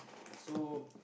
so